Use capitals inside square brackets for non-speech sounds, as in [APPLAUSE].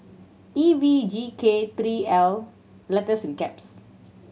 E V G K three L [UNINTELLIGIBLE]